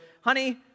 honey